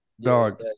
Dog